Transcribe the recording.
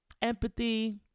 empathy